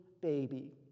baby